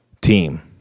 team